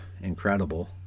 incredible